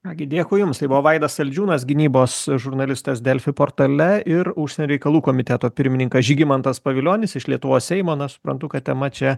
ką gi dėkui jums tai buvo vaidas saldžiūnas gynybos žurnalistas delfi portale ir užsienio reikalų komiteto pirmininkas žygimantas pavilionis iš lietuvos seimo na suprantu kad tema čia